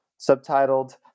subtitled